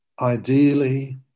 Ideally